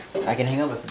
I can hang up